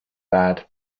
bad